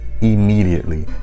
immediately